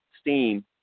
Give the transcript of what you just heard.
Steam